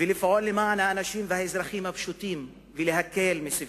לפעול למען האנשים והאזרחים הפשוטים ולהקל את סבלם.